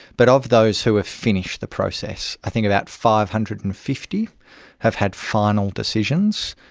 but of those who have finished the process i think about five hundred and fifty have had final decisions,